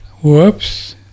Whoops